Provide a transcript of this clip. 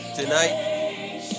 tonight